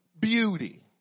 beauty